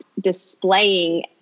displaying